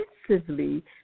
extensively